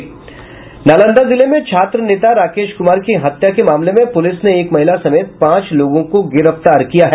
नालंदा जिले में छात्र नेता राकेश कुमार की हत्या के मामले में पुलिस ने एक महिला समेत पांच लोगों को गिरफ्तार किया है